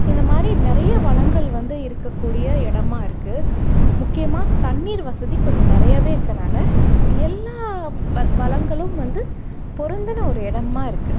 இந்தமாதிரி நிறைய வளங்கள் வந்து இருக்கக்கூடிய இடமா இருக்குது முக்கியமாக தண்ணீர் வசதி கொஞ்சம் நிறையாவே இருக்கனால் எல்லா வ வளங்களும் வந்து பொருந்தின ஒரு இடமா இருக்குது